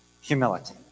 humility